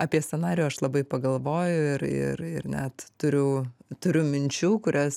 apie scenarijų aš labai pagalvoju ir ir ir net turiu turiu minčių kurias